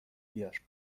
بیار